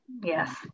Yes